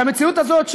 והמציאות הזאת,